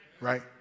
right